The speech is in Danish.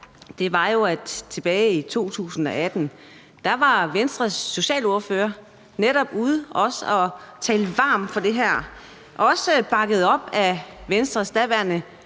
er jo, at tilbage i 2018 var Venstres socialordfører netop også ude at tale varmt for det her, også bakket op af Venstres daværende